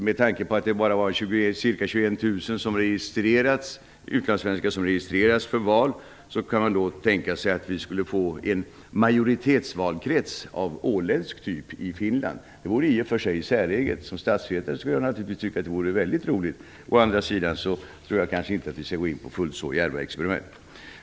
Med tanke på att det bara är 21 000 utlandssvenskar som registrerats för val kan man tänka sig att vi i Sverige skulle få en majoritetsvalkrets av åländsk typ - det vore i och för sig säreget; som statsvetare skulle jag naturligtvis tycka att det vore väldigt roligt. Å andra sidan tror jag kanske inte att vi skall göra fullt så djärva experiment.